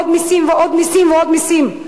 עוד מסים ועוד מסים ועוד מסים.